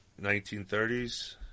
1930s